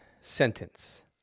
sentence